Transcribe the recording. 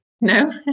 No